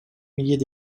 milliers